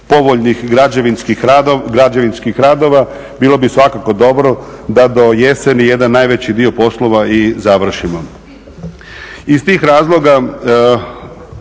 povoljnih građevinskih radova, bilo bi svakako dobro da do jeseni jedan najveći dio poslova i završimo. Iz tih razloga,